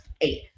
eight